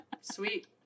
Sweet